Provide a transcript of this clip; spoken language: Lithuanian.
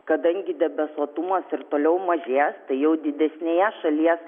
kadangi debesuotumas ir toliau mažės tai jau didesnėje šalies